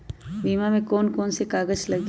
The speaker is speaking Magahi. बीमा में कौन कौन से कागज लगी?